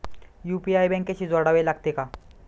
UPI बँकेशी जोडावे लागते का?